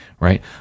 Right